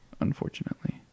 unfortunately